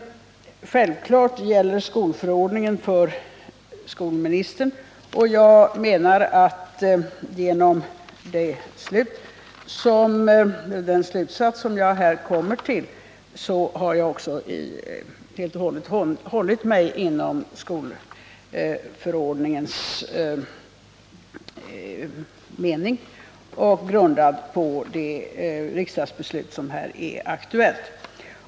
Självfallet gäller skolförordningen för skolministern. Jag menar att genom den slutsats som jag här kommer till har jag också hållit mig inom skolförordningens mening, grundad på det riksdagsbeslut som nu är aktuellt.